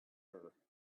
her